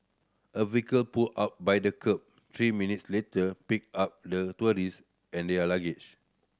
a vehicle pulled up by the kerb three minutes later picking up the tourist and their luggage